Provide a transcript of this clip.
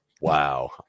wow